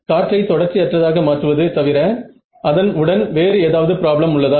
காற்றை தொடர்ச்சி அற்றதாக மாற்றுவது தவிர அதன் உடன் வேறு ஏதாவது ப்ராப்ளம் உள்ளதா